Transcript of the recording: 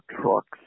trucks